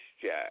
Jack